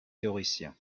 théoricien